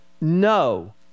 No